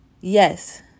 yes